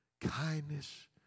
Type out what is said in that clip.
kindness